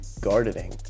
gardening